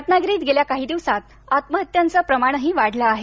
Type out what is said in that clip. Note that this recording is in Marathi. रत्नागिरीत गेल्या काही दिवसात आत्महत्यांचं प्रमाणही वाढलं आहे